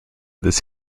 this